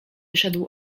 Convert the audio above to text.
wyszedł